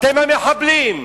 אתם המחבלים,